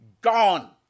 Gone